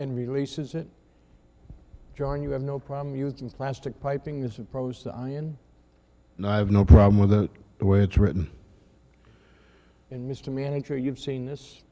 and release is it join you have no problem using plastic piping as a procyon and i have no problem with that the way it's written in mr manager you've seen this